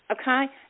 Okay